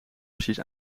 opties